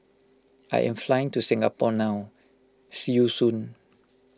I am flying to Singapore now see you soon